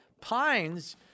pines